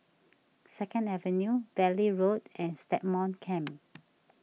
Second Avenue Valley Road and Stagmont Camp